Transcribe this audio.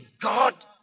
God